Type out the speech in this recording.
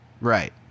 right